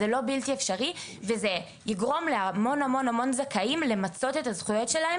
זה לא בלתי אפשרי וזה יגרום להמון זכאים למצות את הזכויות שלהם,